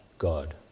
God